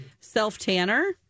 self-tanner